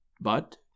But